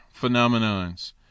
phenomenons